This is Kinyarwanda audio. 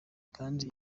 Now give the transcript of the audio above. kandi